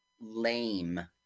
lame